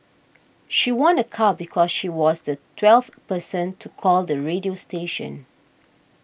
she won a car because she was the twelfth person to call the radio station